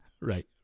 Right